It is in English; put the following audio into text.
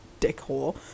dickhole